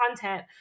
content